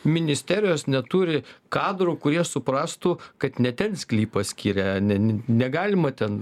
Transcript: ministerijos neturi kadrų kurie suprastų kad ne ten sklypą skiria ne ne negalima ten